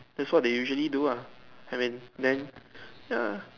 that's what they usually do ah I mean then ya